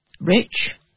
rich